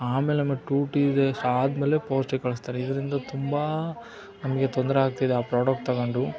ಆಮೇಲೆ ನಮಗೆ two three days ಆದಮೇಲೆ ಪೋಸ್ಟಿಗೆ ಕಳಿಸ್ತಾರೆ ಇದರಿಂದ ತುಂಬ ನಮಗೆ ತೊಂದರೆ ಆಗ್ತಿದೆ ಆ ಪ್ರಾಡಕ್ಟ್ ತಗೊಂಡು